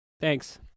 Thanks